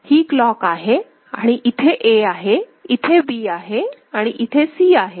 ही clock आहे आणि इथे A आहे इथे B आहे आणि इथे C आहे